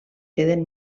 queden